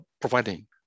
providing